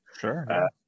Sure